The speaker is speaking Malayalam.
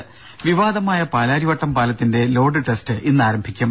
ദര വിവാദമായ പാലാരിവട്ടം പാലത്തിന്റെ ലോഡ് ടെസ്റ്റ് ഇന്ന് ആരംഭിക്കും